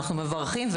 אנחנו מברכים על זה.